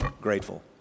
grateful